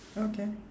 okay